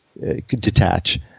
detach